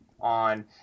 on